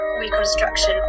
reconstruction